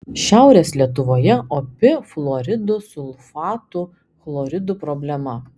šiaurės lietuvoje opi fluoridų sulfatų chloridų problema